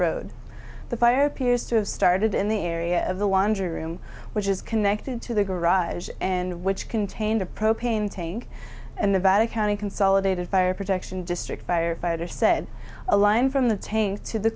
road the fire appears to have started in the area of the wonder him which is connected to the garage and which contained a propane tank and the vatican consolidated fire protection district firefighters said a line from the tank to the